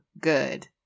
good